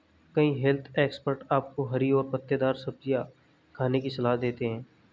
कई health expert आपको हरी और पत्तेदार सब्जियां खाने की सलाह देते हैं